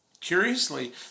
Curiously